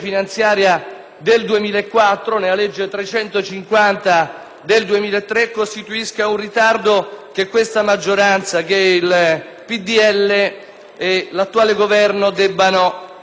2004, la legge n. 350 del 2003, costituisca un ritardo che questa maggioranza, il PdL e l'attuale Governo debbano colmare.